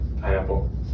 Pineapple